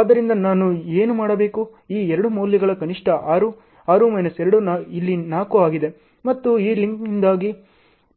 ಆದ್ದರಿಂದ ನಾನು ಏನು ಮಾಡಬೇಕು ಈ ಎರಡು ಮೌಲ್ಯಗಳ ಕನಿಷ್ಠ 6 6 ಮೈನಸ್ 2 ಇಲ್ಲಿ 4 ಆಗಿದೆ ಮತ್ತು ಈ ಲಿಂಕ್ನಿಂದಾಗಿ